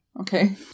Okay